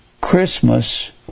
Christmas